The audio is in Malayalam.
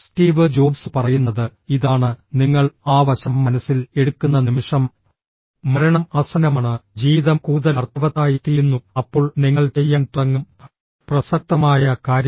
സ്റ്റീവ് ജോബ്സ് പറയുന്നത് ഇതാണ് നിങ്ങൾ ആ വശം മനസ്സിൽ എടുക്കുന്ന നിമിഷം മരണം ആസന്നമാണ് ജീവിതം കൂടുതൽ അർത്ഥവത്തായിത്തീരുന്നു അപ്പോൾ നിങ്ങൾ ചെയ്യാൻ തുടങ്ങും പ്രസക്തമായ കാര്യങ്ങൾ